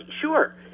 Sure